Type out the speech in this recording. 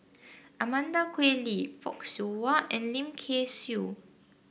Amanda Koe Lee Fock Siew Wah and Lim Kay Siu